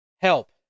help